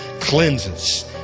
cleanses